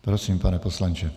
Prosím, pane poslanče.